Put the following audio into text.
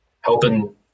helping